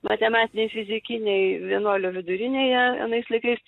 matematinėj fizikinėj vienuolio vidurinėje anais laikais